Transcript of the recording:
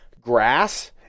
grass